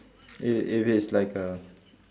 i~ if it's like a